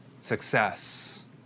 success